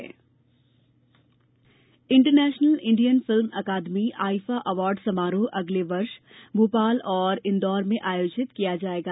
IIFA award International Indian Film Academy IIFA award समारोह अगले वर्ष भोपाल और इंदौर में आयोजित किया जायेगा